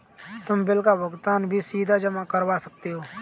तुम बिल का भुगतान भी सीधा जमा करवा सकते हो